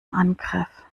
angriff